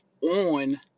on